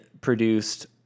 produced